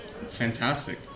Fantastic